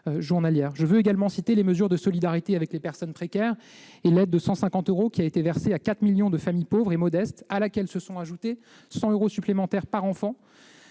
Je veux également citer les mesures de solidarité avec les personnes précaires et l'aide de 150 euros qui a été versée à 4 millions de familles pauvres ou modestes, à laquelle s'est ajouté un montant de 100 euros supplémentaires par enfant.